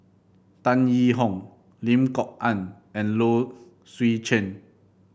Tan Yee Hong Lim Kok Ann and Low Swee Chen